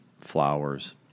flowers